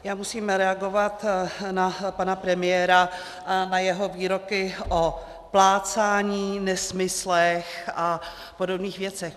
Já musím reagovat na pana premiéra, na jeho výroky o plácání, nesmyslech a podobných věcech.